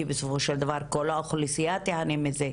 כי בסופו של דבר כל האוכלוסיה תיהנה מזה.